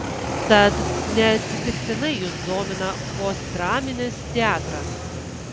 tad neatsitiktinai jus domina postdraminis teatras